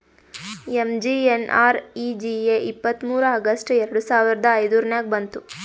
MGNREGA ಇಪ್ಪತ್ತ್ಮೂರ್ August ಎರಡು ಸಾವಿರದ ಐಯ್ದುರ್ನಾಗ್ ಬಂತು